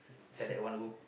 inside that one room